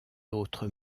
autres